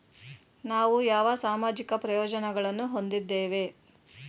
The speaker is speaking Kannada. ನಾವು ಯಾವ ಸಾಮಾಜಿಕ ಪ್ರಯೋಜನಗಳನ್ನು ಹೊಂದಿದ್ದೇವೆ?